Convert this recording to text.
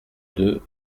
deux